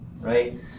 right